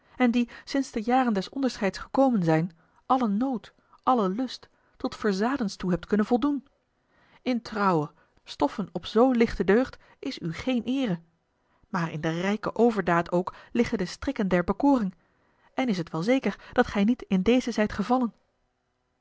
en die sinds de jaren des onderscheids gekomen zijn allen nood allen lust tot verzadens toe hebt kunnen voldoen in trouwe stoffen op zoo lichte deugd is u geen eere maar in der rijken overdaad ook liggen de strikken der bekoring en is t wel zeker dat gij niet in deze zijt gevallen